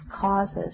causes